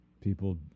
People